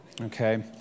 okay